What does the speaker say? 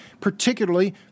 particularly